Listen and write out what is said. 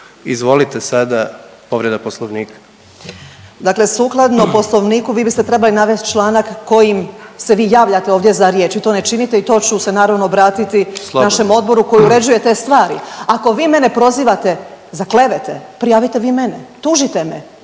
Karolina (Nezavisni)** Dakle sukladno poslovniku vi biste trebali navest članak kojim se vi javljate ovdje za riječ, vi to ne činite i to ću se naravno obratiti…/Upadica predsjednik: Slobodno/…našem odboru koji uređuje te stvari. Ako vi mene prozivate za klevete, prijavite vi mene, tužite me,